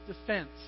defense